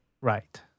Right